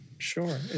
sure